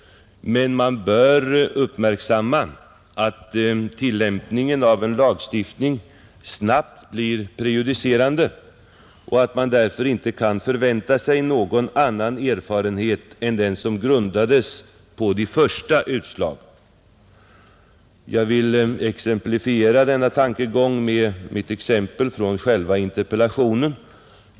Man bör emellertid uppmärksamma att tillämpningen av en lagstiftning snabbt blir prejudicerande och att man därför inte kan vänta sig någon annan erfarenhet än den som grundas på de första utslagen. Jag vill belysa denna tankegång med mitt exempel i själva interpellationen.